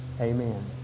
Amen